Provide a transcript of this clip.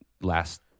last